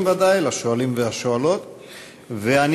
ולשואלים ולשואלות בוודאי.